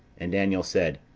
and daniel said,